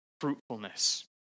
fruitfulness